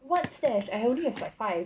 what stash I have only have like five